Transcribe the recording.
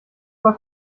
mal